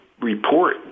report